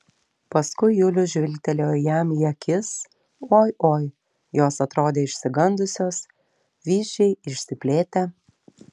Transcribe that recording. paskui julius žvilgtelėjo jam į akis oi oi jos atrodė išsigandusios vyzdžiai išsiplėtę